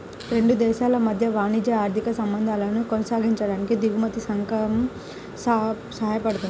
రెండు దేశాల మధ్య వాణిజ్య, ఆర్థిక సంబంధాలను కొనసాగించడానికి దిగుమతి సుంకం సాయపడుతుంది